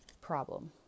problem